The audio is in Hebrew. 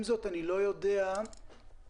יש הדרכה על חגורות בטיחות.